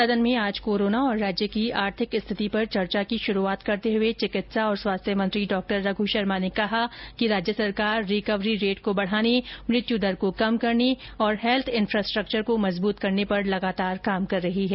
सदन में आज कोरोना तथा राज्य की आर्थिक स्थिति पर चर्चा की शुरुआत करते हुए चिकित्सा और स्वास्थ्य मंत्री डॉ रघ् शर्मा ने कहा कि राज्य सरकार रिकवरी रेट को बढ़ाने मृत्यु दर को कम करने तथा हेल्थ इफ्रास्ट्रक्चर को मजबूत करने पर निरंतर काम कर रही है